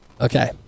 Okay